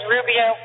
Rubio